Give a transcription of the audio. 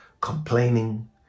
complaining